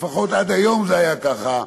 לפחות עד היום זה היה ככה,